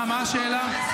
מה השאלה?